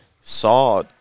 saw